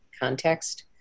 context